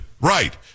Right